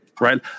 Right